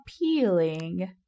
appealing